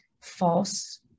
false